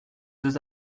deux